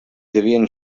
devien